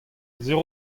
sur